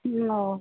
ம் ஓ